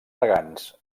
regants